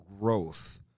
growth